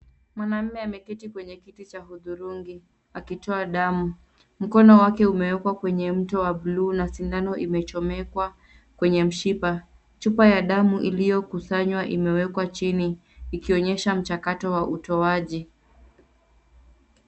Mwanaume ameketi kwenye kiti cha hudhurungi akitoa damu. Mkono wake umewekwa kwenye mto wa bluu na sindano imechomekwa kwenye mshipa. Chupa ya damu iliyokusanywa imewekwa chini ikionyesha mchakato wa utoaji.